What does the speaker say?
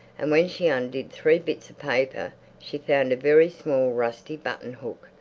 and when she undid three bits of paper she found a very small rusty button-hook.